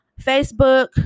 Facebook